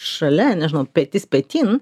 šalia nežinau petys petin